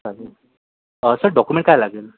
चालेल sir document काय लागेल